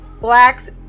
blacks